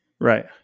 Right